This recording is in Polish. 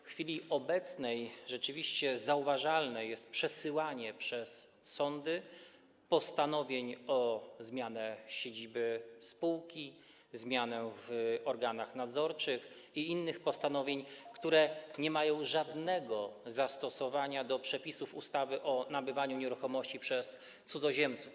W chwili obecnej rzeczywiście zauważalne jest przesyłanie przez sądy postanowień o zmianie siedziby spółki, zmianie w organach nadzorczych i innych postanowień, które nie mają żadnego zastosowania do przepisów ustawy o nabywaniu nieruchomości przez cudzoziemców.